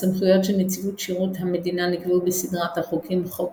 הסמכויות של נציבות שירות המדינה נקבעו בסדרת החוקים חוק